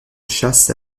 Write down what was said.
chasse